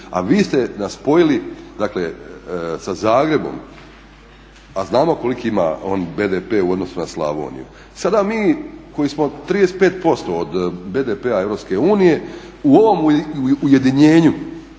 a vi ste nas spojili dakle sa Zagrebom, a znamo koliki ima on BDP u odnosu na Slavoniju. Sada mi koji smo 35% od BDP-a EU u ovom ujedinjenju,